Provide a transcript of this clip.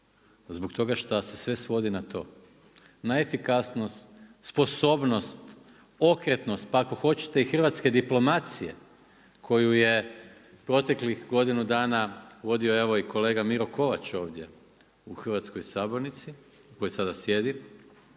Zbog toga šta se sve svodi na to, na efikasnost, sposobnost, okretnost, pa ako hoćete i hrvatske diplomacije koju je proteklih godinu dana vodio evo i kolega Miro Kovač ovdje u hrvatskoj Sabornici, u kojoj sada sjedi,